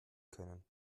können